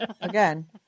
Again